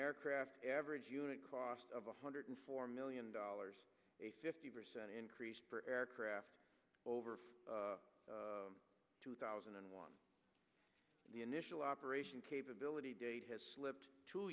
aircraft average unit cost of one hundred four million dollars a fifty percent increase for aircraft over two thousand and one the initial operation capability date has slipped two